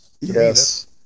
Yes